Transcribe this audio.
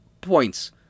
points